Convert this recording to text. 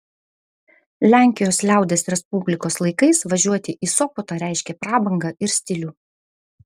lenkijos liaudies respublikos laikais važiuoti į sopotą reiškė prabangą ir stilių